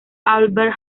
albert